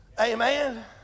Amen